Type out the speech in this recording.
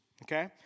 Okay